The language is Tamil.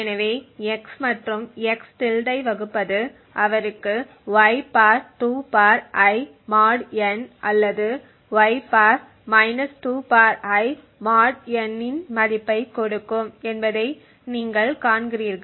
எனவே x மற்றும் x ஐப் வகுப்பது அவருக்கு y 2 I mod n அல்லது y 2 I mod n இன் மதிப்பைக் கொடுக்கும் என்பதை நீங்கள் காண்கிறீர்கள்